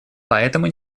поэтому